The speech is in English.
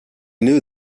knew